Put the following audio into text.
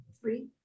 three